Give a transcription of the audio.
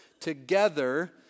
together